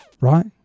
Right